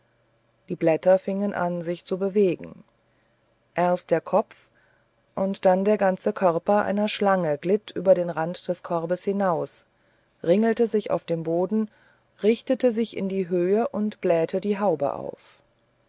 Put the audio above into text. die blätter fingen an sich zu bewegen erst der kopf und dann der ganze körper einer schlange glitt über den rand des korbes hinaus ringelte sich auf dem boden richtete sich in die höhe und blähte die haube auf